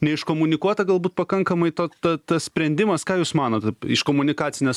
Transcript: neiškomunikuota galbūt pakankamai ta ta tas sprendimas ką jūs manot iš komunikacinės